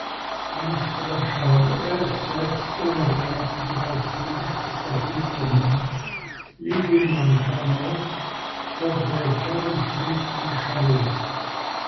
aš prašau ssrs vyriausybės įsakyti man lydimam žmonos kuo greičiau išvykti iš šalies